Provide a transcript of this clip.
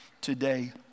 today